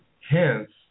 Hence